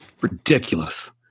Ridiculous